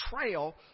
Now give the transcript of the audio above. trail